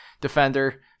defender